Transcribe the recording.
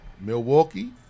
Milwaukee